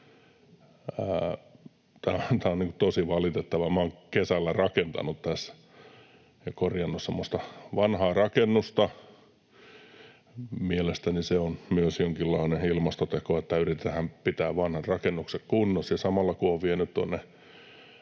Tämä on tosi valitettavaa. Minä olen kesällä rakentanut, korjannut semmoista vanhaa rakennusta. Mielestäni se on myös jonkinlainen ilmastoteko, että yritetään pitää vanhat rakennukset kunnossa. Samalla kun olen vienyt